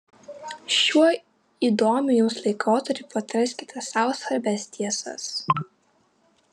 šiuo įdomiu jums laikotarpiu atraskite sau svarbias tiesas